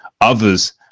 Others